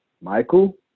Michael